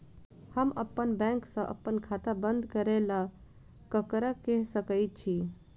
हम अप्पन बैंक सऽ अप्पन खाता बंद करै ला ककरा केह सकाई छी?